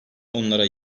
onlara